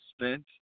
spent